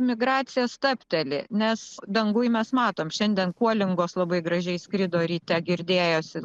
migracija stabteli nes danguj mes matom šiandien kuolingos labai gražiai skrido ryte girdėjosi